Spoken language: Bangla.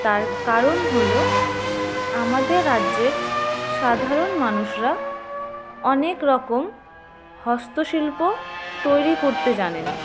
তার কারণ হলো আমাদের রাজ্যের সাধারণ মানুষরা অনেক রকম হস্তশিল্প তৈরি করতে জানেন